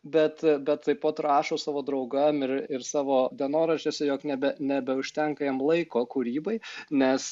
bet bet taip pat rašo savo draugam ir ir savo dienoraščiuose jog nebe nebeužtenka jam laiko kūrybai nes